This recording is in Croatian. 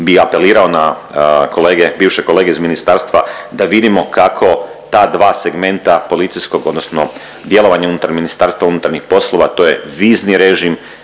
bi apelirao na kolege, bivše kolege iz ministarstva da vidimo kako ta dva segmenta policijskog odnosno djelovanje unutar MUP-a to je vizni režim